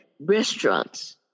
restaurants